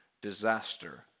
disaster